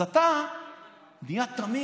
אז אתה נהיה תמים.